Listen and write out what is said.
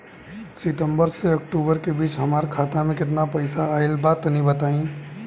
सितंबर से अक्टूबर के बीच हमार खाता मे केतना पईसा आइल बा तनि बताईं?